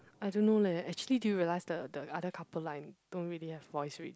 I don't know leh actually do you realise the the other couple like don't really have voice already